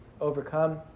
overcome